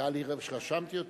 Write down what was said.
רשמתי את